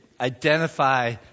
identify